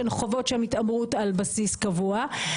הן חוות שם התעמרות על בסיס קבוע.